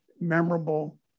memorable